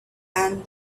and